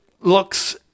looks